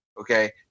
Okay